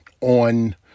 on